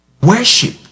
worship